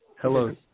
Hello